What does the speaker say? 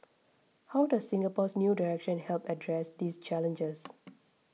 how does Singapore's new direction help address these challenges